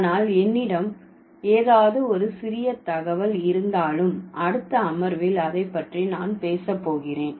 ஆனால் என்னிடம் ஏதாவது ஒரு சிறிய தகவல் இருந்தாலும் அடுத்த அமர்வில் அதை பற்றி நான் பேச போகிறேன்